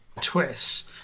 twists